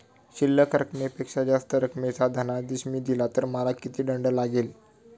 शिल्लक रकमेपेक्षा जास्त रकमेचा धनादेश मी दिला तर मला किती दंड लागेल?